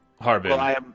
Harbin